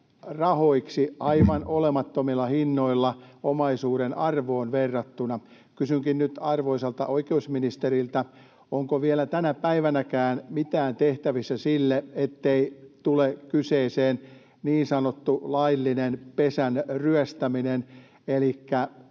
rahoiksi aivan olemattomilla hinnoilla omaisuuden arvoon verrattuna. Kysynkin nyt arvoisalta oikeusministeriltä: onko vielä tänä päivänäkään mitään tehtävissä sille, ettei tule kyseeseen niin sanottu laillinen pesän ryöstäminen elikkä